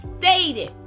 stated